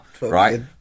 Right